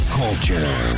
culture